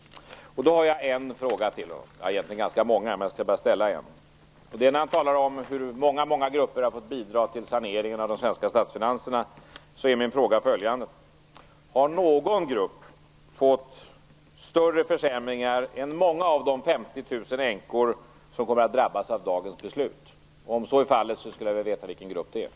Jag har en fråga till Lennart Klockare. Jag har egentligen ganska många frågor, men jag skall ställa bara en. Han talar om att många grupper har fått bidra till saneringen av de svenska statsfinanserna. Min fråga är då följande: Har någon grupp fått större försämringar än många av de 50 000 änkor som kommer att drabbas av dagens beslut? Om så är fallet, skulle jag vilja veta vilken grupp det gäller.